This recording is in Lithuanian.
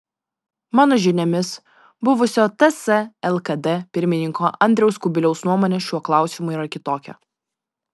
mano žiniomis buvusio ts lkd pirmininko andriaus kubiliaus nuomonė šiuo klausimu yra kitokia